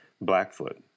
Blackfoot